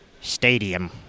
stadium